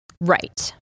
Right